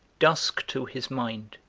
dusk, to his mind,